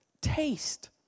taste